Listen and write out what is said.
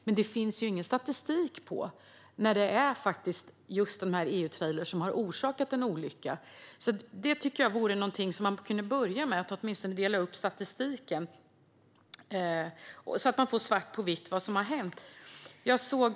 Men det finns ingen statistik på när det är just EU-trailrar som har orsakat en olycka. Man kunde åtminstone börja med att dela upp statistiken så att man får svart på vitt vad som har hänt.